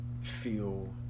feel